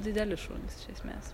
dideli šunys iš esmės